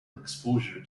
exposure